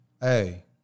Hey